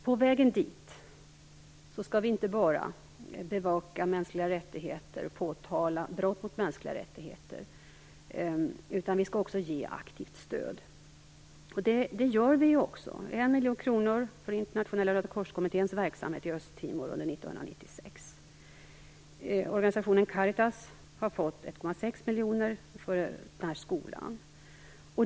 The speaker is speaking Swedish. På vägen dit skall vi inte bara bevaka mänskliga rättigheter och påtala brott mot mänskliga rättigheter, utan vi skall också ge aktivt stöd. Det gör vi också, 1 miljon kronor för Internationella röda korskommitténs verksamhet i Östtimor under 1996. Organisationen Caritas har fått 1,6 miljoner för en skola.